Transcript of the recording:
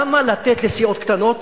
למה לתת לסיעות קטנות